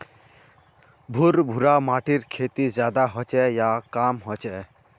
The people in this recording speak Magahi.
भुर भुरा माटिर खेती ज्यादा होचे या कम होचए?